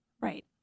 Right